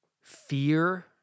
Fear